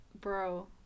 bro